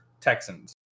Texans